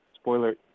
spoiler